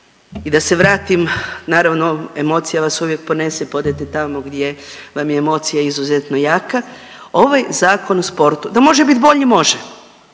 i da se vratim naravno emocija vas uvijek ponese pa odete tamo gdje vam je emocija izuzetno jaka. Ovaj Zakon o sportu da može biti bolji može